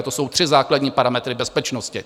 To jsou tři základní parametry bezpečnosti.